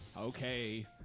Okay